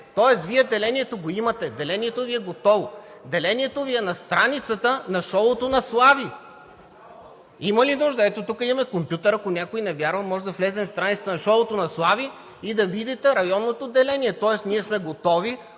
Тоест Вие делението го имате, делението Ви е готово, делението Ви е на страницата на „Шоуто на Слави“. Има ли нужда? Ето, тук има компютър, ако някой не вярва, може да влезе в страницата на „Шоуто на Слави“ и да видите районното деление. Ние сме готови